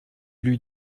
lui